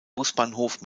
busbahnhof